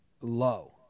low